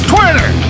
Twitter